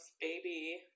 baby